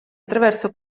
attraverso